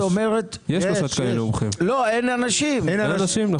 אין אנשים.